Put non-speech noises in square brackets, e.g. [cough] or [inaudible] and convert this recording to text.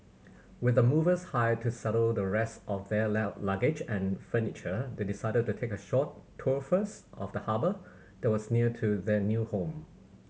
with the movers hired to settle the rest of their [unintelligible] luggage and furniture they decided to take a short tour first of the harbour that was near their new home